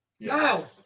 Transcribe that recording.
Wow